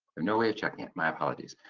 no way of checking it, my apologies.